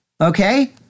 okay